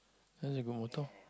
that's a good motto